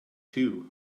too